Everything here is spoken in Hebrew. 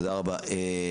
תודה רבה.